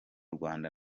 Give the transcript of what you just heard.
rwanda